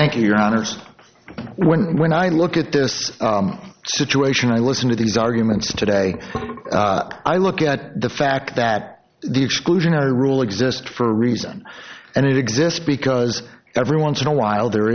thank you anderson when when i look at this situation i listen to these arguments today i look at the fact that the exclusionary rule exist for a reason and it exists because every once in a while there